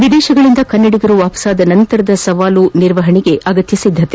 ವಿದೇಶಗಳಿಂದ ಕನ್ನಡಿಗರು ಹಿಂದಿರುಗಿದ ನಂತರದ ಸವಾಲು ನಿರ್ವಹಣೆಗೆ ಅಗತ್ನ ಸಿದ್ದತೆ